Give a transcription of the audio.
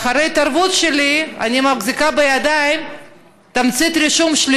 אחר כך אני מחזיקה בידיי תמצית רישום מ-2017,